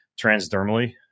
transdermally